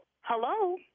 Hello